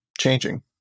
changing